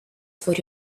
for